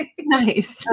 Nice